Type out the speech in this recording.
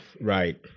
right